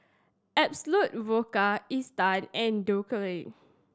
Absolut Vodka Isetan and Dequadin